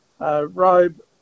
Robe